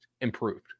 improved